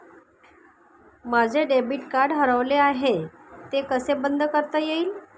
माझे debit card हरवले आहे ते कसे बंद करता येईल?